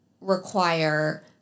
require